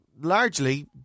largely